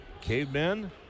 Cavemen